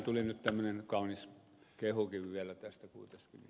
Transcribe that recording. tuli nyt tämmöinen kaunis kehukin vielä tästä kuiteskin